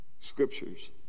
Scriptures